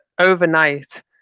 overnight